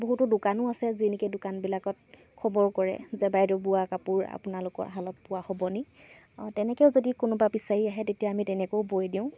বহুতো দোকানো আছে যি নেকি দোকানবিলাকত খবৰ কৰে যে বাইদেউ বোৱা কাপোৰ আপোনালোকৰ হালত পোৱা হ'ব নি তেনেকৈও যদি কোনোবাই বিচাৰি আহে তেতিয়া আমি তেনেকৈও বৈ দিওঁ